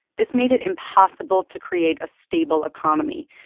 this made it impossible to create a stable economy.